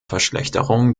verschlechterung